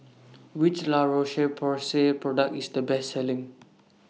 Which La Roche Porsay Product IS The Best Selling